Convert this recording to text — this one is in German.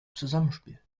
zusammenspiel